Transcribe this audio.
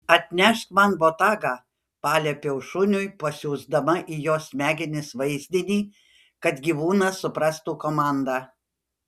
atnešk man botagą paliepiau šuniui pasiųsdama į jo smegenis vaizdinį kad gyvūnas suprastų komandą